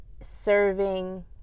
serving